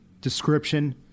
description